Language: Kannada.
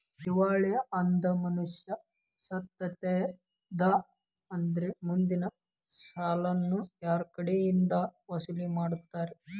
ದಿವಾಳಿ ಅದ್ ಮನಷಾ ಸತ್ತಿದ್ದಾ ಅಂದ್ರ ಮುಂದಿನ್ ಸಾಲಾನ ಯಾರ್ಕಡೆಇಂದಾ ವಸೂಲಿಮಾಡ್ತಾರ?